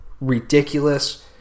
ridiculous